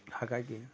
ಹಾಗಾಗಿ